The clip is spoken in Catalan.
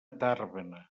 tàrbena